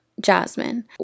Jasmine